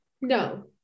no